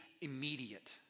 immediate